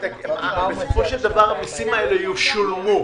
בסופו של דבר המילים האלה ישולמו.